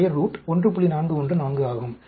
414 ஆகும்